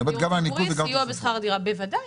בוודאי.